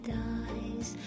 dies